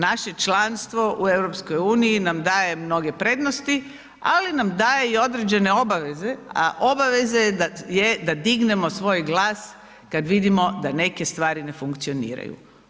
Naše članstvo u EU nam daje mnoge prednosti, ali nam daje i određene obaveze, a obaveza je da dignemo svoj glas kad vidimo da neke stvari ne funkcioniraju.